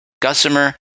Gussamer